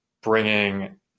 bringing